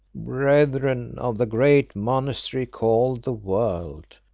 brethren of the great monastery called the world,